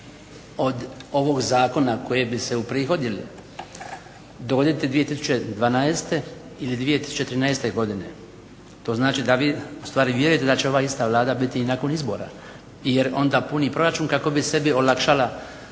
od ovog zakona koji bi se uprihodili donijeti 2012. ili 2013. godine. To znači da vi u stvari vjerujete da će ova ista Vlada biti i nakon izbora. Jer onda puni proračun kako bi sebi olakšala